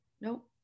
Nope